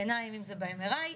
עיניים אם זה ב-M.R.I.